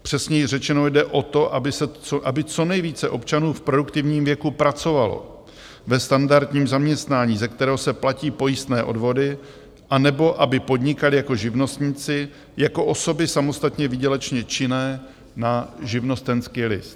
Přesněji řečeno, jde o to, aby co nejvíce občanů v produktivním věku pracovalo ve standardním zaměstnání, ze kterého se platí pojistné odvody, anebo aby podnikali jako živnostníci, jako osoby samostatně výdělečně činné na živnostenský list.